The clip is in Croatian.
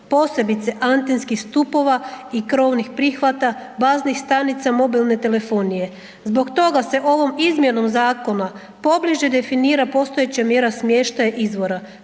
posebice antenskih stupova i krovnih prihvata, baznih stanica mobilne telefonije. Zbog toga se ovog izmjenom zakona pobliže definira postojeća mjera smještaj izvora,